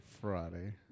Friday